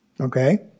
Okay